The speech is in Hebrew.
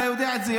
אתה יודע את זה,